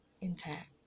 intact